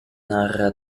narra